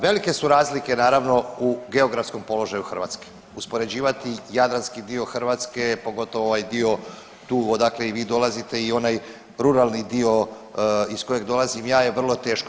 Velike su razlike naravno u geografskom položaju Hrvatske, uspoređivati jadranski dio Hrvatske, pogotovo ovaj dio tu odakle i vi dolazite i onaj ruralni dio iz kojeg dolazim ja je vrlo teško.